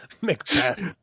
Macbeth